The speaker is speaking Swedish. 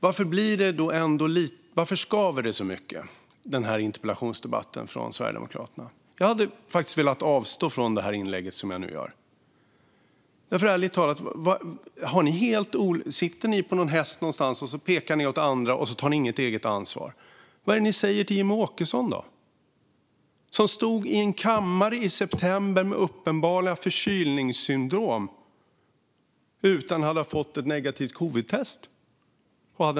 Varför skaver då debatten om denna interpellation från Sverigedemokraterna så mycket? Jag hade faktiskt velat avstå från det inlägg som jag nu gör. Ärligt talat: Sitter ni på någon häst någonstans, pekar mot andra och tar inget eget ansvar? Vad säger ni till Jimmie Åkesson, som stod i kammaren i en debatt i september med uppenbara förkylningssymtom utan att ha fått ett negativt covidtest?